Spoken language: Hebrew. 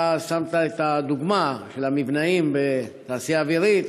אתה נתת את הדוגמה של המבנאים בתעשייה האווירית,